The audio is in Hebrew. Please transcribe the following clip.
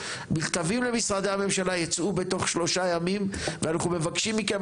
מכתבים למשרדי הממשלה יצאו בתוך שלושה ימים ואנחנו מבקשים מכם,